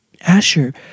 Asher